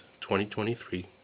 2023